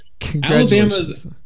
Alabama's